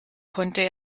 konnte